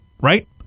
right